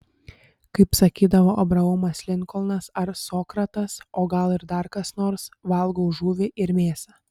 kaip sakydavo abraomas linkolnas ar sokratas o gal ir dar kas nors valgau žuvį ir mėsą